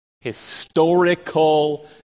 historical